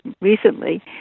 recently